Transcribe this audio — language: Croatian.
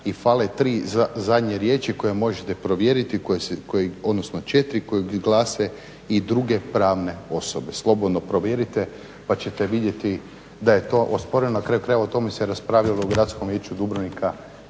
i fale 3 zadnje riječi koje možete provjeriti, odnosno 4, koje glase: i druge pravne osobe. Slobodno provjerite pa ćete vidjeti da je to osporeno. Na kraju krajeva o tome se raspravljalo u Gradskom vijeću Dubrovnika